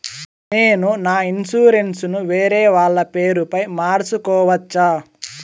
నేను నా ఇన్సూరెన్సు ను వేరేవాళ్ల పేరుపై మార్సుకోవచ్చా?